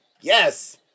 yes